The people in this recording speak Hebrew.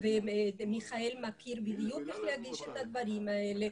ומיכאל מכיר בדיוק איך להגיש את הדברים האלה,